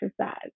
exercise